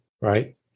right